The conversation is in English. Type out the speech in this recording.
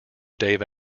dave